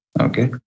okay